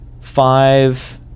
five